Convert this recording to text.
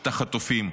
את החטופים.